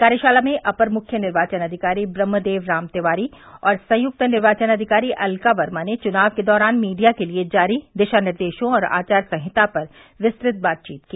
कार्यशाला में अपर मुख्य निर्वाचन अधिकारी ब्रह्मदेव राम तिवारी और संयुक्त निर्वाचन अधिकारी अलका वर्मा ने चुनाव के दौरान मीडिया के लिए जारी दिशा निर्देशों और आचार संहिता पर विस्तृत बातचीत की